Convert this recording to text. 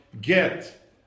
get